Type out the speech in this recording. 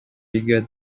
bigger